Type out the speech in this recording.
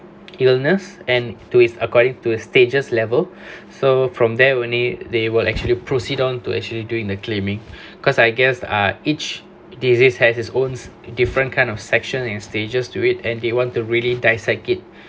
illness and to his according to his stages level so from there only they will actually proceed on to actually doing the claiming cause I guess ah each disease has his owns different kind of section in stages to it and they want to really dissect it